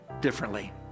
differently